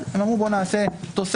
אחד-אחד, הם אמרו: בואו נעשה תוספת